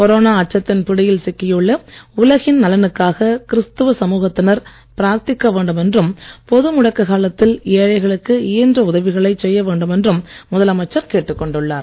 corona அச்சத்தின் பிடியில் சிக்கியுள்ள உலகின் நலனுக்காக கிறிஸ்துவ சமுகத்தினர் பிரார்த்திக்க வேண்டும் என்றும் பொது முடக்க காலத்தில் ஏழைகளுக்கு இயன்ற செய்ய வேண்டும் என்றும் உதவிகளைச் முதலமைச்சர் கேட்டுக்கொண்டுள்ளார்